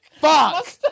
Fuck